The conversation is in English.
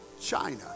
China